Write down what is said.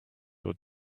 your